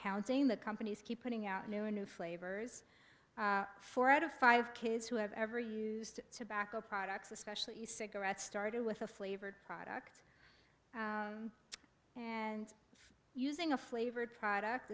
counting the companies keep putting out new new flavors four out of five kids who have ever used to back up products especially cigarettes started with a flavored product and using a flavored product